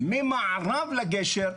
ממערב לגשר,